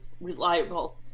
reliable